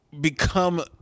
become